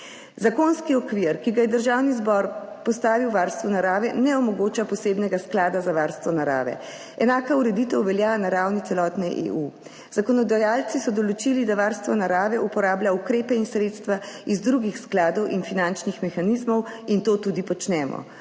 Zakonski okvir, ki ga je Državni zbor postavil varstvu narave, ne omogoča posebnega sklada za varstvo narave. 52. TRAK (VI) 15.30 (nadaljevanje) Enaka ureditev velja na ravni celotne EU. Zakonodajalci so določili, da varstvo narave uporablja ukrepe in sredstva iz drugih skladov in finančnih mehanizmov in to tudi počnemo.